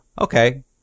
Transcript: okay